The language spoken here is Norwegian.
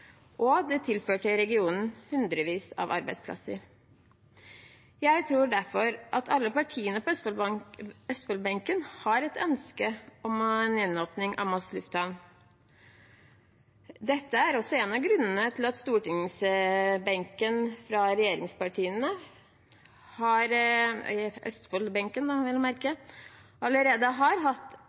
Det tilførte også regionen hundrevis av arbeidsplasser. Jeg tror derfor at alle partiene på Østfold-benken har et ønske om å gjenåpne Moss lufthavn. Dette er også en av grunnene til at Østfold-benken fra regjeringspartiene allerede har